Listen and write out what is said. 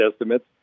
estimates